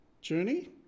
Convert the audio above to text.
journey